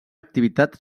activitat